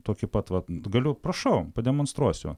tokį pat vat galiu prašau pademonstruosiu